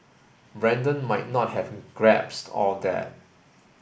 Brandon might not have grasped all that